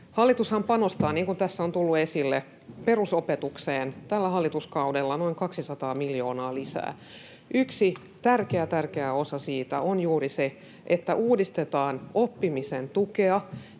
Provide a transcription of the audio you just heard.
Hallitushan panostaa, niin kuin tässä on tullut esille, perusopetukseen tällä hallituskaudella noin 200 miljoonaa lisää. Yksi tärkeä, tärkeä osa siitä on juuri se, että uudistetaan oppimisen tukea